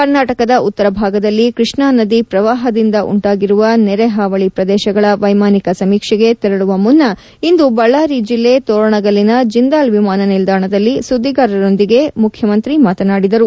ಕರ್ನಾಟದ ಉತ್ತರ ಭಾಗದಲ್ಲಿ ಕೃಷ್ಣಾ ನದಿ ಪ್ರವಾಹದಿಂದ ಉಂಟಾಗಿರುವ ನೆರೆ ಹಾವಳಿ ಪ್ರದೇಶಗಳ ವೈಮಾನಿಕ ಸಮೀಕ್ಷೆಗೆ ತೆರಳುವ ಮುನ್ನ ಇಂದು ಬಳ್ಳಾರಿ ಜಿಲ್ಲೆ ತೋರಣಗಲ್ಲಿನ ಜಿಂದಾಲ್ ವಿಮಾನ ನಿಲ್ದಾಣದಲ್ಲಿ ಸುದ್ದಿಗಾರರೊಂದಿಗೆ ಅವರು ಮಾತನಾಡಿದರು